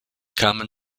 kamen